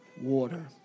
water